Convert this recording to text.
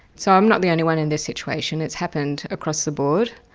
so i'm not the only one in this situation, it's happened across the board.